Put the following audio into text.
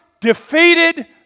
defeated